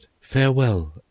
farewell